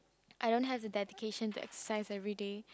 I don't have the dedication to exercise everyday